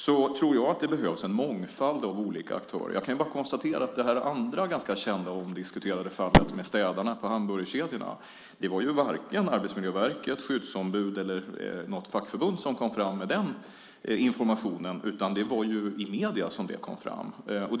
Där tror jag att det behövs en mångfald av aktörer. Jag kan bara konstatera att i det andra kända och omdiskuterade fallet med städarna på hamburgerkedjorna var det varken Arbetsmiljöverket, skyddsombud eller något fackförbund som kom fram med den informationen. Det var i medierna som informationen kom fram.